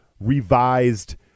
revised